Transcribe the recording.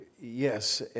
yes